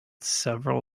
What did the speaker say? several